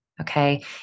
Okay